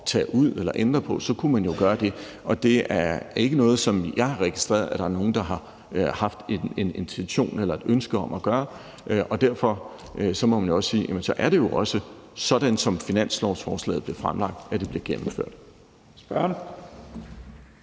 tage ud eller ændre på, så kunne man jo gøre det. Det er ikke noget, jeg har registreret at der er nogen der har haft en intention eller et ønske om at gøre. Derfor er det jo også sådan, at sådan som finanslovsforslaget bliver fremlagt, bliver det gennemført. Kl.